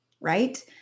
Right